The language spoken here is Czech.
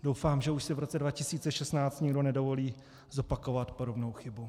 Doufám, že už si v roce 2016 nikdo nedovolí zopakovat podobnou chybu.